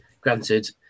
granted